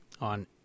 on